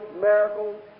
miracles